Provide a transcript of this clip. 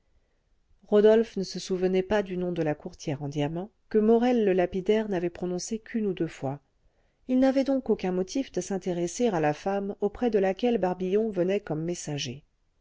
rodolphe ne se souvenait pas du nom de la courtière en diamants que morel le lapidaire n'avait prononcé qu'une ou deux fois il n'avait donc aucun motif de s'intéresser à la femme auprès de laquelle barbillon venait comme messager